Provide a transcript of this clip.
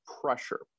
pressure